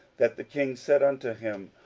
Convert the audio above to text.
that the king said unto him,